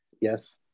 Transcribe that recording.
yes